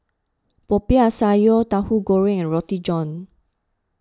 Popiah Sayur Tahu Goreng and Roti John